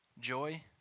joy